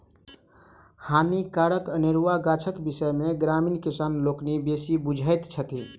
हानिकारक अनेरुआ गाछक विषय मे ग्रामीण किसान लोकनि बेसी बुझैत छथि